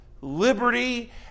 liberty